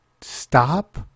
Stop